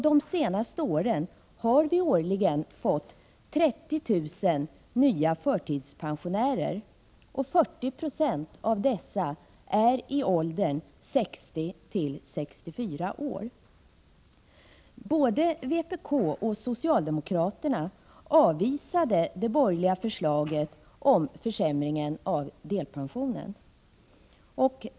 De senaste åren har vi mycket riktigt årligen fått 30 000 nya förtidspensionärer, och 40 96 av dessa är i åldern 60-64 år. Både vpk och socialdemokraterna avvisade det borgerliga förslaget om försämringen av delpensionen.